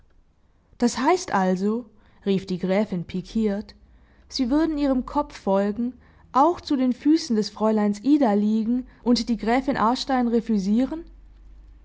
das heißt also rief die gräfin pikiert sie würden ihrem kopf folgen auch zu den füßen des fräuleins ida liegen und die gräfin aarstein